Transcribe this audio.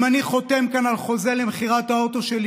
אם אני חותם כאן על חוזה למכירת האוטו שלי